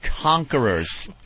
conquerors